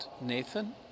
Nathan